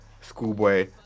Schoolboy